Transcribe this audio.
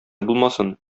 булмасын